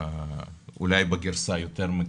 אולי בגרסה יותר מקלה,